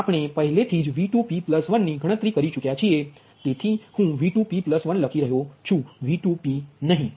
આપણે પહેલેથી જ V2p1ની ગણતરી કરેલ છે તેથી હું V2p1લખી રહ્યો છું V2p નહીં